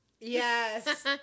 yes